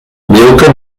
mais